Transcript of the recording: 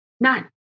None